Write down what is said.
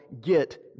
get